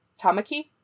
Tamaki